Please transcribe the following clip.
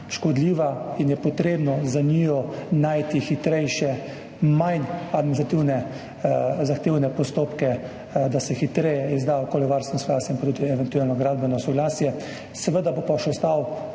in je potrebno za njiju najti hitrejše, manj administrativno zahtevne postopke, da se hitreje izda okoljevarstveno soglasje in tudi eventualno gradbeno soglasje. Seveda bo pa izziv še ostal